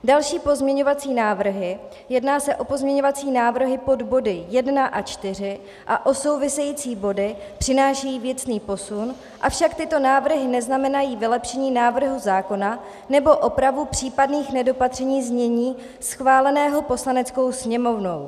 Další pozměňovací návrhy jedná se o pozměňovací návrhy pod body 1 a 4 a o související body přinášejí věcný posun, avšak tyto návrhy neznamenají vylepšení návrhu zákona nebo opravu případných nedopatření znění schváleného Poslaneckou sněmovnou.